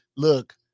Look